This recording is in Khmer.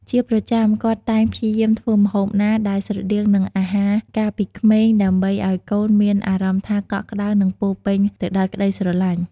ជាប្រចាំ គាត់តែងព្យាយាមធ្វើម្ហូបណាដែលស្រដៀងនឹងអាហារការពីក្មេង ដើម្បីអោយកូនមានអារម្មណ៍ថាកក់ក្តៅនិងពោរពេញទៅដោយក្ដីស្រឡាញ់។